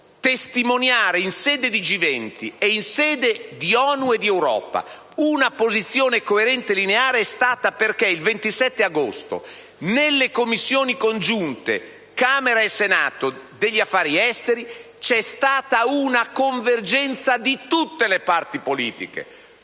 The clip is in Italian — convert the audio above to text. testimoniare in sede di G20 e in sede di ONU e di Europa una posizione coerente e lineare è stato perché il 27 agosto, nelle Commissioni congiunte affari esteri di Camera e Senato c'è stata una convergenza di tutte le parti politiche.